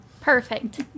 Perfect